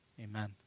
amen